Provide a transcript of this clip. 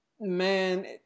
man